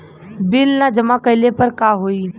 Bill न जमा कइले पर का होई?